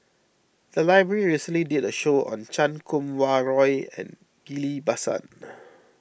the library recently did a show on Chan Kum Wah Roy and Ghillie Basan